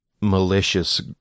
malicious